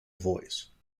voice